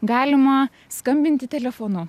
galima skambinti telefonu